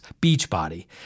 Beachbody